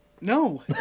No